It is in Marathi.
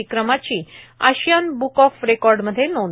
विक्रमाची आशियन ब्क ऑफ रेकॉर्डमेध्ये नोंद